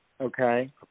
Okay